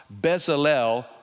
Bezalel